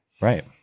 right